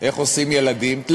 איך עושים ילדים, משעמם.